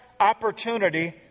opportunity